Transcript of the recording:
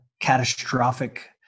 catastrophic